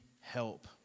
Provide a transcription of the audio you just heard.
help